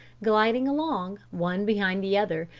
gliding along, one behind the other,